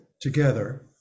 together